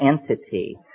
entity